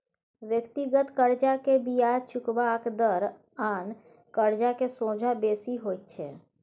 व्यक्तिगत कर्जा के बियाज चुकेबाक दर आन कर्जा के सोंझा बेसी होइत छै